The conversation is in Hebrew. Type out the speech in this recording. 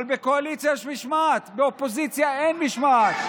אבל בקואליציה יש משמעת, באופוזיציה אין משמעת.